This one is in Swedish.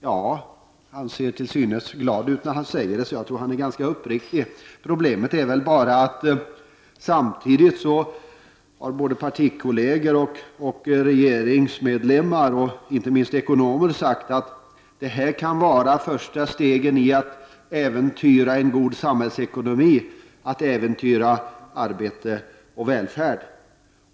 Ja, han ser glad ut när han säger det, så jag tror att han är ganska uppriktig. Problemet är bara, att samtidigt har både partikolleger, regeringsmedlemmar och inte minst ekonomer sagt att detta kan vara första steget mot att äventyra en god samhällsekonomi, arbete och välfärd.